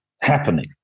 happening